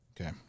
Okay